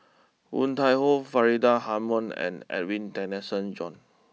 Woon Tai Ho Faridah Hanum and Edwin Tessensohn John